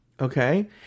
Okay